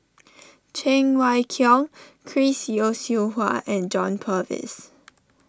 Cheng Wai Keung Chris Yeo Siew Hua and John Purvis